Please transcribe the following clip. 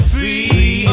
Free